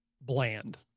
bland